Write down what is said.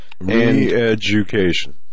Re-education